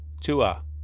tua